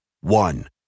One